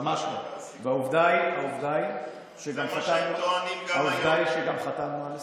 ממש לא, ועובדה היא שגם חתמנו על הסכם,